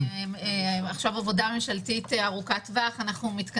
חשוב לי להגיד,